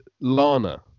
Lana